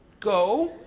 go